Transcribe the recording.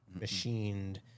machined